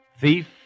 thief